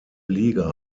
liga